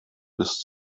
bis